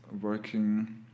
working